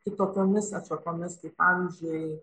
kitokiomis atšakomis kaip pavyzdžiui